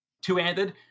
two-handed